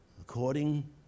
according